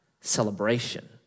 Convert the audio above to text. celebration